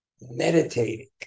meditating